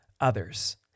others